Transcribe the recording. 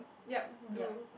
yup blue